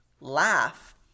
laugh